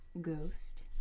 ghost